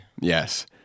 Yes